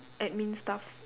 admin stuff